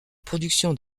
production